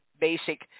basic –